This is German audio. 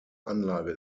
anlage